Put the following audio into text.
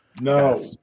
No